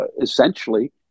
essentially